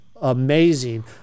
amazing